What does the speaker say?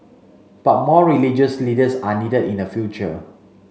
but more religious leaders are needed in the future